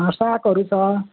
सागहरू छ